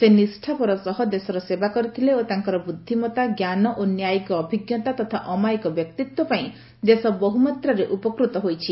ସେ ନିଷ୍ଠାପର ସହ ଦେଶର ସେବା କରିଥିଲେ ଓ ତାଙ୍କର ବୁଦ୍ଧିମତା ଜ୍ଞାନ ଓ ନ୍ୟାୟିକ ଅଭିଜ୍ଞତା ତଥା ଆମାୟିକ ବ୍ୟକ୍ତିତ୍ୱ ପାଇଁ ଦେଶ ବହୁମାତ୍ରାରେ ଉପକୃତ ହୋଇଛି